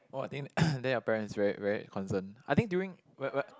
!wah! I think then your parents is very very concerned I think during when when